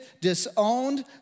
disowned